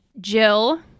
Jill